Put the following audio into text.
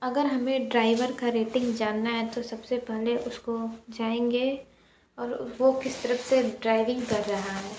अगर हमें ड्राइवर का रेटिंग जानना है तो सबसे पहले उसको जाएंगे और वो किस तरह से ड्राइविंग कर रहा है